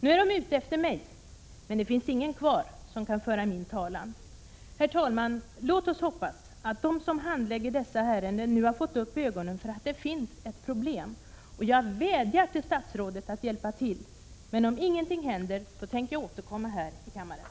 Nu är de ute efter mig, men det finns ingen kvar som kan föra min talan.” Herr talman! Låt oss hoppas att de som handlägger dessa ärenden nu har fått upp ögonen för att det finns ett problem. Jag vädjar till statsrådet att hjälpa till. Men om ingenting händer tänker jag återkomma här i kammaren.